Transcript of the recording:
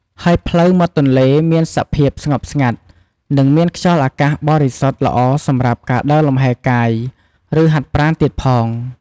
ហើយផ្លូវមាត់ទន្លេមានសភាពស្ងប់ស្ងាត់ និងមានខ្យល់អាកាសបរិសុទ្ធល្អសម្រាប់ការដើរលំហែកាយឬហាត់ប្រាណទៀតផង។